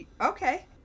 okay